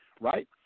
right